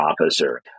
officer